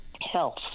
health